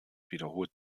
wiederholt